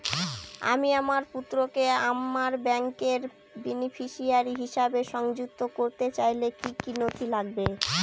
আমি আমার পুত্রকে আমার ব্যাংকের বেনিফিসিয়ারি হিসেবে সংযুক্ত করতে চাইলে কি কী নথি লাগবে?